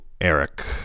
Eric